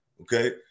okay